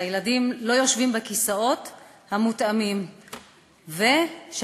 הילדים לא יושבים בכיסאות המותאמים והכיסאות